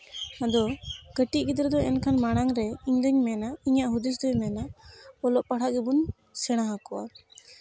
ᱟᱫᱚ ᱠᱟᱹᱴᱤᱡ ᱜᱤᱫᱽᱨᱟᱹ ᱫᱚ ᱮᱱᱠᱷᱟᱱ ᱢᱟᱲᱟᱝᱨᱮ ᱤᱧᱫᱩᱧ ᱢᱮᱱᱟ ᱤᱧᱟᱹᱜ ᱦᱩᱫᱤᱥ ᱫᱚᱭ ᱢᱮᱱᱟ ᱚᱞᱚᱜ ᱯᱟᱲᱦᱟᱜ ᱜᱮᱵᱚᱱ ᱥᱮᱲᱟ ᱟᱠᱚᱣᱟ